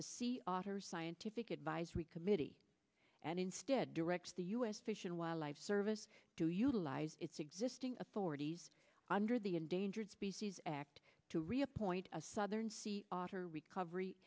the sea otter scientific advisory committee and instead directs the u s fish and wildlife service to utilize its existing authorities under the endangered species act to reappoint a southern sea otter recovery